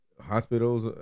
hospitals